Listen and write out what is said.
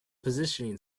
positioning